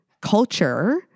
culture